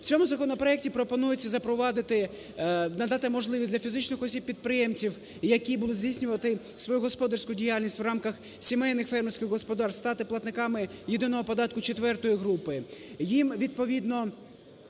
В цьому законопроекті пропонується запровадити, надати можливість для фізичних осіб-підприємців, які будуть здійснювати свою господарську діяльність в рамках сімейних фермерських господарств, стати платниками єдиного податку четвертої групи.